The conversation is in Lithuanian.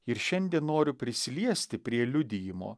ir šiandien noriu prisiliesti prie liudijimo